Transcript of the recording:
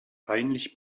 peinlich